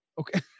Okay